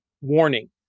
warning